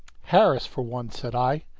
harris for one, said i.